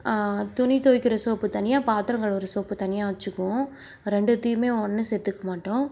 துணி துவைக்கிற சோப்பு தனியாக பாத்திரம் கழுவுகிற சோப்பு தனியாக வச்சுக்குவோம் ரெண்டுத்தையுமே ஒன்று சேர்த்துக்க மாட்டோம்